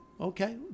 okay